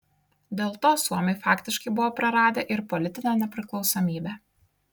dėl to suomiai faktiškai buvo praradę ir politinę nepriklausomybę